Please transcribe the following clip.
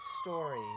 story